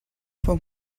for